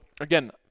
again